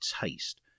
taste